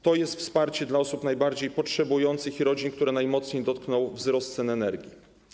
To jest wsparcie dla osób najbardziej potrzebujących i rodzin, które najmocniej dotknął wzrost cen energii.